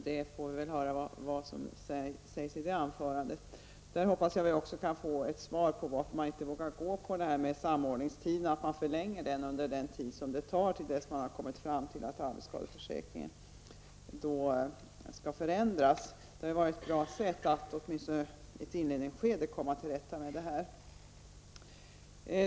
Då hoppas jag att vi får besked om varför man inte vågar förlänga samordningstiderna, tills man har bestämt sig för att arbetsskadeförsäkringen skall ändras. Under ett inledningsskede hade man kunnat komma till rätta med problemen, om man gått med på vårt förslag.